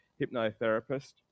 hypnotherapist